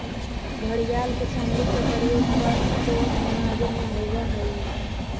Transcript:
घड़ियाल के चमड़ी के प्रयोग पर्स कोट बनावे में होबा हई